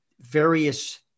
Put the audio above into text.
various